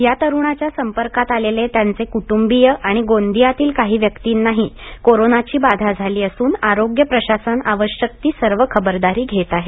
या तरुणाच्या संपर्कात आलेले त्यांचे कुटुंबीय आणि गोंदियातील काही व्यक्तींनाही कोरोनाची बाधा झाली असून आरोग्य प्रशासन आवश्यक ती सर्व खबरदारी घेत आहे